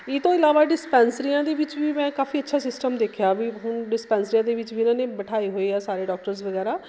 ਇਹਤੋਂ ਇਲਾਵਾ ਡਿਸਪੈਂਸਰੀਆਂ ਦੇ ਵਿੱਚ ਵੀ ਮੈਂ ਕਾਫੀ ਅੱਛਾ ਸਿਸਟਮ ਦੇਖਿਆ ਵੀ ਹੁਣ ਡਿਸਪੈਂਸੀਆਂ ਦੇ ਵਿੱਚ ਵੀ ਇਹਨਾਂ ਨੇ ਬਿਠਾਏ ਹੋਏ ਆ ਸਾਰੇ ਡੋਕਟਰਜ਼ ਵਗੈਰਾ